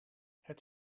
het